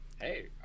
Hey